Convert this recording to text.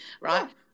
right